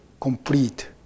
complete